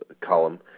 column